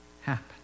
happen